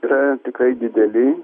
yra tikrai dideli